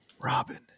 Robin